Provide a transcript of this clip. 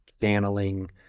channeling